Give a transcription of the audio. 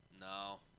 No